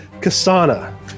kasana